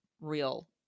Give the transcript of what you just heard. real